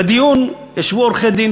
בדיון ישבו עורכי-דין